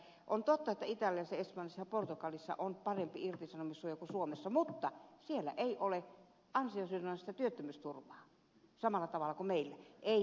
mustajärvelle että on totta että italiassa espanjassa ja portugalissa on parempi irtisanomissuoja kuin suomessa mutta siellä ei ole ansiosidonnaista työttömyysturvaa samalla tavalla kuin meillä ei missään nimessä